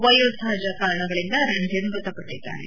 ವಯೋಸಹಜ ಕಾರಣಗಳಿಂದ ರಷ್ಧಿರ್ ಮೃತಪಟ್ಟಿದ್ದಾರೆ